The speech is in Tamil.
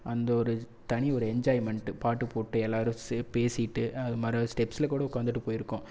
அந்த ஒரு தனி ஒரு என்ஜாய்மென்ட்டு பாட்டு போட்டு எல்லோரும் பேசிகிட்டு அது மாதிரி ஸ்டெப்ஸில் கூட உக்காந்துகிட்டு போய்ருக்கோம்